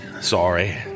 Sorry